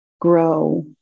grow